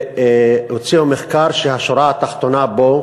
והוציאו מחקר שהשורה התחתונה בו,